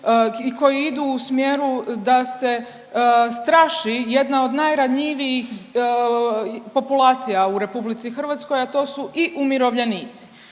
koji idu u smjeru da se straši jedna od najranjivijih populacija u RH, a to su i umirovljenici.